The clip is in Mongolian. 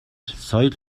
соёл